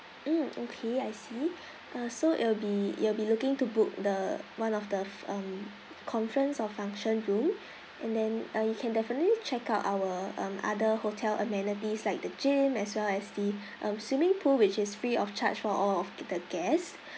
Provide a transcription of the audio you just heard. mm okay I see so it'll be it'll be looking to book the one of the err conference or function room and then uh you can definitely check out our other hotel amenities like the gym as well as the mm swimming pool which is free of charge for all of the guest